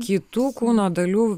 kitų kūno dalių